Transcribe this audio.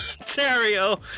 Ontario